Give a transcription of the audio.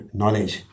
knowledge